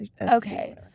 okay